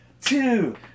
two